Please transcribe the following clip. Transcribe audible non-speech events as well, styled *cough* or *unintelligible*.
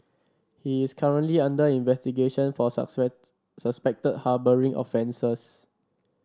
he is currently under investigation for *unintelligible* suspected harbouring offences